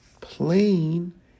plain